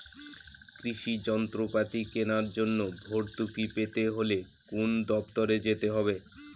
কৃষি যন্ত্রপাতি কেনার জন্য ভর্তুকি পেতে হলে কোন দপ্তরে যেতে হবে?